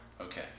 Okay